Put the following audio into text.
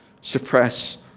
suppress